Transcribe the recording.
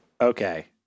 Okay